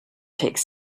takes